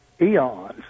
eons